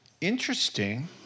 Interesting